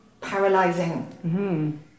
paralyzing